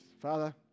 Father